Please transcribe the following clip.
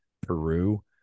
Peru